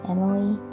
Emily